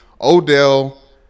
Odell